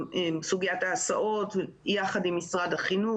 סוגיית ההסעות, יחד עם משרד החינוך.